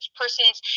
person's